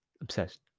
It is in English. Obsessed